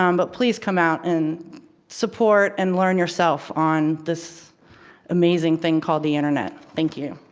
um but please come out and support, and learn yourself on this amazing thing called the internet. thank you.